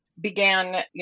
began